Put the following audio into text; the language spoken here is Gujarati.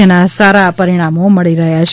જેના સારા પરિણામો મળી રહ્યા છે